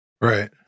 Right